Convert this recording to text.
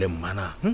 mana